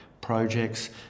projects